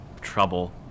trouble